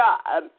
God